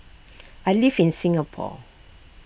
I live in Singapore